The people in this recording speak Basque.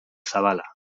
zabala